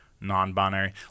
non-binary